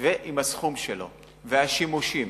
ועם הסכום שלו, והשימושים.